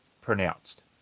pronounced